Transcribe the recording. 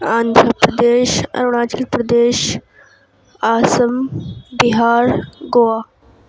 Andhra Pradesh Arunachal Pradesh Assam Bihar Goa